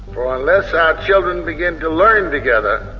for unless our children begin to learn together,